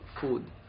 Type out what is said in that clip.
food